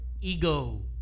ego